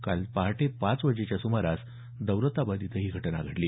काल सकाळी पाच वाजेच्या सुमारास दौलताबादजवळ ही घटना घडली